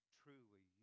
truly